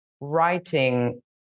writing